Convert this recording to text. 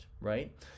right